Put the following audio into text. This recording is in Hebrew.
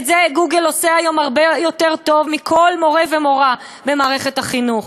את זה גוגל עושה יותר טוב מכל מורֶה ומורָה במערכת החינוך.